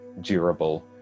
durable